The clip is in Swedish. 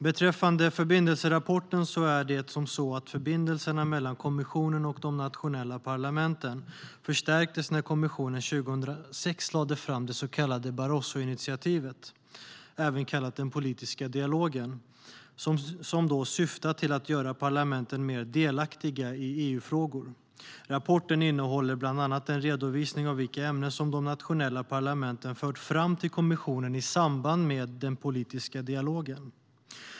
Beträffande förbindelserapporten förstärktes förbindelserna mellan kommissionen och de nationella parlamenten när kommissionen 2006 lade fram det så kallade Barrosoinitiativet, även kallat den politiska dialogen. Den syftar till att göra parlamenten mer delaktiga i EU-frågor. Rapporten innehåller bland annat en redovisning av vilka ämnen de nationella parlamenten fört fram till kommissionen i samband med den politiska dialogen.